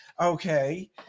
Okay